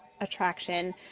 attraction